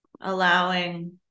allowing